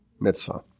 mitzvah